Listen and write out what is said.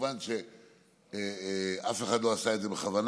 כמובן שאף אחד לא עשה את זה בכוונה,